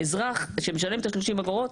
האזרח שמשלם את ה-30 אגורות,